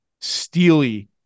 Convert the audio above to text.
steely